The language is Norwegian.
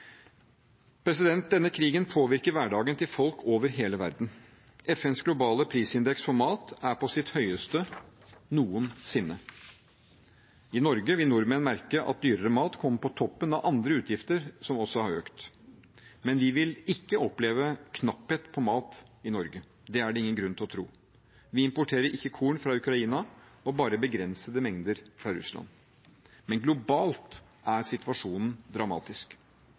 Denne krigen påvirker hverdagen til folk over hele verden. FNs globale prisindeks for mat er på sitt høyeste noensinne. I Norge vil nordmenn merke at dyrere mat kommer på toppen av andre utgifter som også har økt, men vi vil ikke oppleve knapphet på mat i Norge. Det er det ingen grunn til å tro. Vi importerer ikke korn fra Ukraina og bare begrensede mengder fra Russland. Men globalt er situasjonen dramatisk.